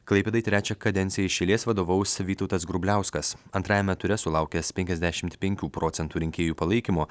klaipėdai trečią kadenciją iš eilės vadovaus vytautas grubliauskas antrajame ture sulaukęs penkiasdešimt penkių procentų rinkėjų palaikymo